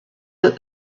that